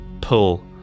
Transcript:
pull